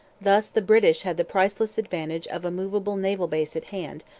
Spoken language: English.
thus the british had the priceless advantage of a movable naval base at hand,